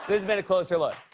has been a closer look.